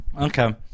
Okay